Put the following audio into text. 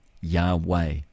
Yahweh